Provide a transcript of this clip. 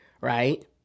Right